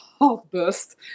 heartburst